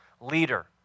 leader